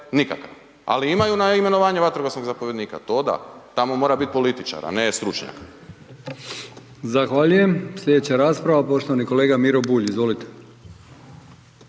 nikakav, ali imaju na imenovanje vatrogasnog zapovjednika, to da, tamo mora bit političar, a ne stručnjak. **Brkić, Milijan (HDZ)** Zahvaljujem. Slijedeća rasprava poštovani kolega Miro Bulj, izvolite.